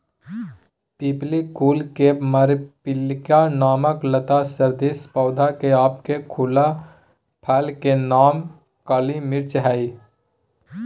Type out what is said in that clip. पिप्पली कुल के मरिचपिप्पली नामक लता सदृश पौधा के अधपके सुखल फल के नाम काली मिर्च हई